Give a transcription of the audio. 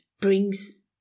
brings